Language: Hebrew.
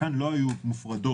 חלקן לא היו מופרדות